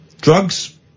Drugs